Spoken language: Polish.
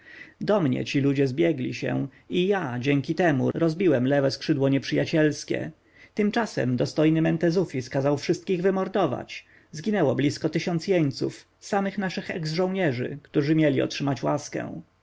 do mnie ci ludzie zbiegli się i ja dzięki temu rozbiłem lewe skrzydło nieprzyjacielskie tymczasem dostojny mentezufis kazał wszystkich wymordować zginęło blisko tysiąc jeńców samych naszych eks-żołnierzy którzy mieli otrzymać łaskę